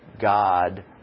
God